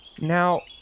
Now